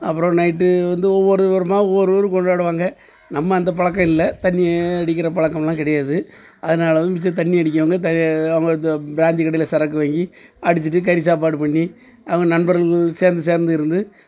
அப்புறம் நைட்டு வந்து ஒவ்வொரு விதமாக ஒவ்வொரு ஊர் கொண்டாடுவாங்க நம்ம அந்த பழக்கம் இல்லை தண்ணி அடிக்கிற பழக்கமெல்லாம் கிடையாது அதனால் மிச்சம் தண்ணி அடிக்கிறவங்க அவங்க பி பிராந்தி கடையில் சரக்கு வாங்கி அடிச்சிவிட்டு கறி சாப்பாடு பண்ணி அவங்க நண்பர்கள் சேர்ந்து சேர்ந்து இருந்து